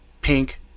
pink